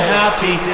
happy